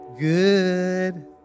Good